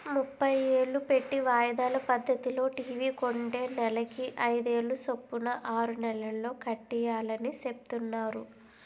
ముప్పై ఏలు పెట్టి వాయిదాల పద్దతిలో టీ.వి కొంటే నెలకి అయిదేలు సొప్పున ఆరు నెలల్లో కట్టియాలని సెప్తున్నారు